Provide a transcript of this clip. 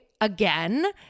again